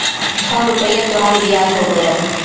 छह रुपइया तोहार बियाज हो गएल